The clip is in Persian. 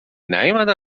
نیومدن